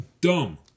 Dumb